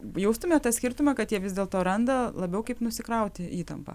jaustumėt tą skirtumą kad jie vis dėlto randa labiau kaip nusikrauti įtampą